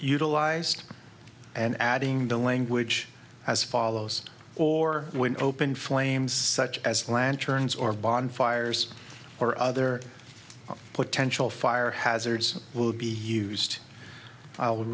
utilized and adding the language as follows or when open flames such as lanterns or bonfires or other potential fire hazards will be used i would